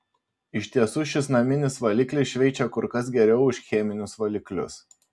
iš tiesų šis naminis valiklis šveičia kur kas geriau už cheminius valiklius